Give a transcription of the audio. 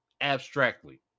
abstractly